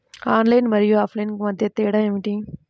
Online మరియు offline మధ్య తేడా ఏమిటీ?